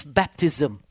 baptism